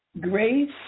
Grace